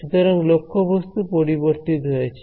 সুতরাং লক্ষ্যবস্তু পরিবর্তিত হয়েছে